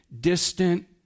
distant